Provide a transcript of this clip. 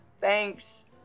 thanks